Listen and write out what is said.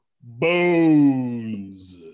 Bones